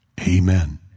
Amen